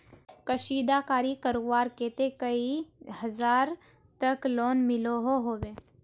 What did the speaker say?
कशीदाकारी करवार केते कई हजार तक लोन मिलोहो होबे?